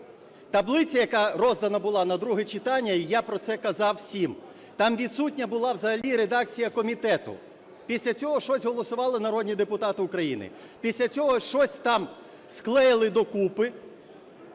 Таблиця, яка роздана була на друге читання, і я про це казав всім, там відсутня була взагалі редакція комітету. Після цього щось голосували народні депутати України, після цього щось там склеїли докупи,